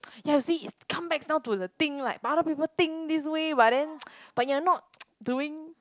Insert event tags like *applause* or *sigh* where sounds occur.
ya you see it's come back down to the thing like other people think this way but then *noise* but you are not *noise* doing